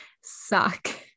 suck